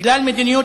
בגלל מדיניות